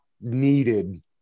needed